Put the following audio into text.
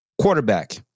quarterback